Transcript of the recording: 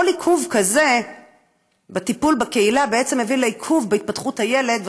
כל עיכוב כזה בטיפול בקהילה בעצם מביא לעיכוב בהתפתחות הילד,